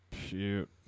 Shoot